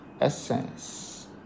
essence